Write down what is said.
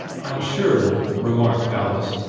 i'm sure, remarked alice,